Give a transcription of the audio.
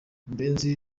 murenzi